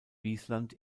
wiesland